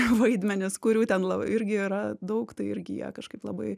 vaidmenys kurių ten labai irgi yra daug tai irgi jie kažkaip labai